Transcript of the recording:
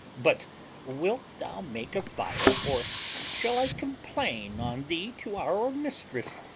but wilt thou make a fire, or shall i complain on thee to our mistress,